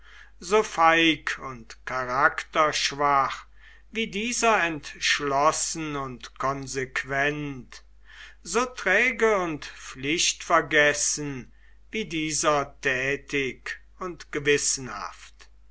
so feig und charakterschwach wie dieser entschlossen und konsequent so träge und pflichtvergessen wie dieser tätig und gewissenhaft